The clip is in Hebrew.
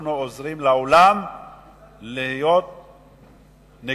אנחנו עוזרים לעולם להיות נגדנו,